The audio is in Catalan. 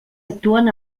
actuen